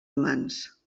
humans